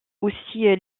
aussi